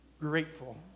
grateful